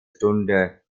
stunde